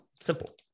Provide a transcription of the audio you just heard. simple